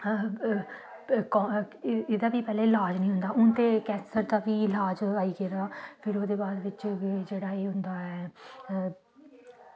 ते एह्दा बी पैह्लें ईलाज निं होंदा हा हून ते कैंसर दा बी ईलाज आई गेदा फिर ओह्दे बाद जेह्ड़ा एह् होंदा ऐ